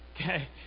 Okay